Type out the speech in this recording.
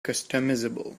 customizable